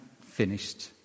finished